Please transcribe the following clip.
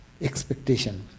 expectation